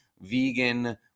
vegan